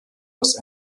los